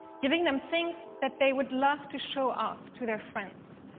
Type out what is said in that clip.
giving them things that they would love to show off to their friends,